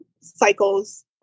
cycles